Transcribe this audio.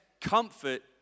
comfort